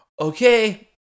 okay